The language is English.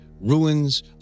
ruins